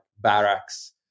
barracks